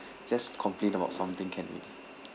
just complain about something can already